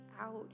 out